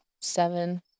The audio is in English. seven